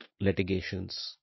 litigations